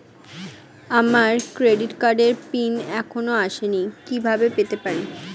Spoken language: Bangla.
আমার ক্রেডিট কার্ডের পিন এখনো আসেনি কিভাবে পেতে পারি?